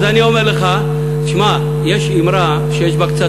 אז אני אומר לך, שמע, יש אמרה שיש בה קצת